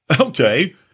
okay